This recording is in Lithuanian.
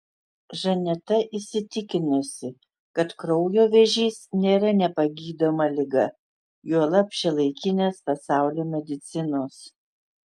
žaneta įsitikinusi kad kraujo vėžys nėra nepagydoma liga juolab šiuolaikinės pasaulio medicinos